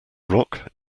rock